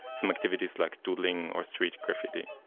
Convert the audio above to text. from activities like doodling or street graffiti.